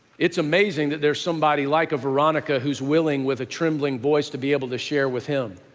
it's amazing that there's somebody like a veronica who's willing with a trembling voice to be able to share with him.